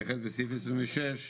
לסעיף 26,